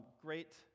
great